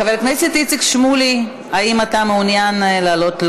חבר הכנסת איציק שמולי, האם אתה מעוניין לעלות?